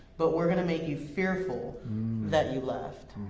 but we're gonna make you fearful that you left.